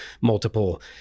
Multiple